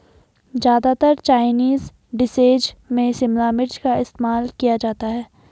ज्यादातर Chinese dishes में शिमला मिर्च का इस्तेमाल किया जाता है